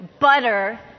butter